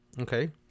okay